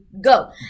go